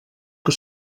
que